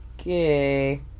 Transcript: Okay